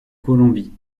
colombie